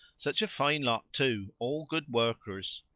such a fine lot, too all good workers!